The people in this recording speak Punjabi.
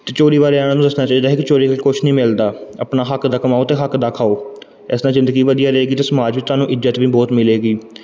ਅਤੇ ਚੋਰੀ ਬਾਰੇ ਇਹਨਾਂ ਨੂੰ ਦੱਸਣਾ ਚਾਹੀਦਾ ਹੈ ਕਿ ਚੋਰੀ ਕਰਕੇ ਕੁਛ ਨਹੀਂ ਮਿਲਦਾ ਆਪਣਾ ਹੱਕ ਦਾ ਕਮਾਉ ਅਤੇ ਹੱਕ ਦਾ ਖਾਉ ਇਸ ਤਰ੍ਹਾਂ ਜ਼ਿੰਦਗੀ ਵਧੀਆ ਰਹੇਗੀ ਅਤੇ ਸਮਾਜ ਵਿੱਚ ਤੁਹਾਨੂੰ ਇੱਜ਼ਤ ਵੀ ਬਹੁਤ ਮਿਲੇਗੀ